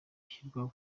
ishyirwa